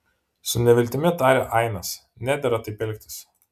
su neviltimi tarė ainas nedera taip elgtis